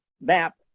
map